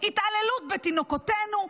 התעללות בתינוקותינו,